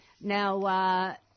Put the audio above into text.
Now